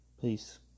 Peace